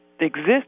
Exist